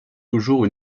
toujours